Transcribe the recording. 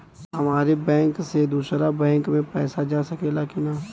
हमारे बैंक से दूसरा बैंक में पैसा जा सकेला की ना?